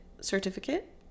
certificate